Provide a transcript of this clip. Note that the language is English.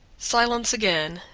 silence again.